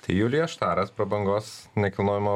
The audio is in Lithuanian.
tai julija štaras prabangos nekilnojamo